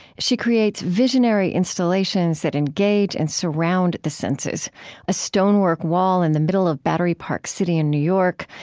she creates visionary installations that engage and surround the senses a stonework wall in the middle of battery park city in new york,